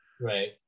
Right